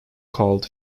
called